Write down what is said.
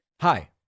Hi